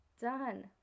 done